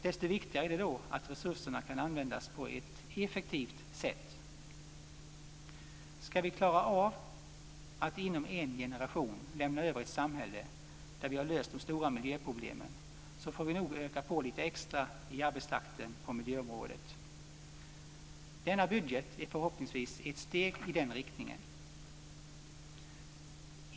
Desto viktigare är det då att resurserna kan användas på ett effektivt sätt. Ska vi klara av att inom en generation lämna över ett samhälle där vi har löst de stora miljöproblemen får vi nog öka arbetstakten på miljöområdet lite extra. Denna budget är förhoppningsvis ett steg i den riktningen.